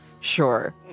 Sure